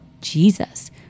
jesus